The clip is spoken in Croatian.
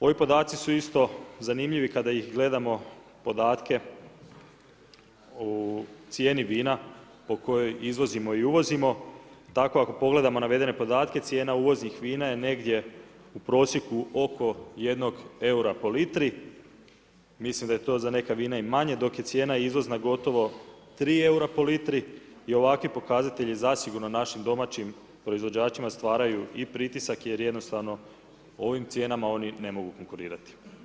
Ovi podaci su isto zanimljivi, kada i gledamo podatke o cijeni vina po kojoj izvozimo i uvozimo, tako ako pogledamo navedene podatke, cijena uvoznih vina je negdje u prosjeku oko 1 eura po litri, mislim da je to za neka vina i manje, dok je cijena izvozna gotovo 3 eura po litri i ovakvi pokazatelji zasigurno našim domaćim proizvođačima stvaraju i pritisak jer jednostavno ovim cijenama oni ne mogu konkurirati.